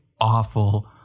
awful